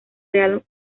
real